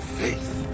faith